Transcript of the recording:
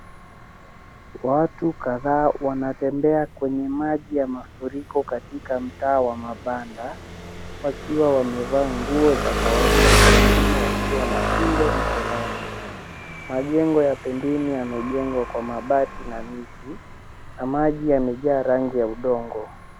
Watu kadhaa wanatembea katika maji ya mafuriko katika mtaa wa mabanda wakiwa wamevaa nguo za kawaida na wengine wakiwa na fimbo mkononi. Majengo ya kiduni yamejengwa kwa mabati na miti na maji yamejaa rangi ya udongo.